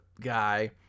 guy